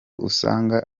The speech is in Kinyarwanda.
usanga